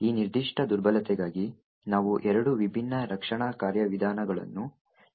ನಂತರ ಈ ನಿರ್ದಿಷ್ಟ ದುರ್ಬಲತೆಗಾಗಿ ನಾವು ಎರಡು ವಿಭಿನ್ನ ರಕ್ಷಣಾ ಕಾರ್ಯವಿಧಾನಗಳನ್ನು ನೋಡಿದ್ದೇವೆ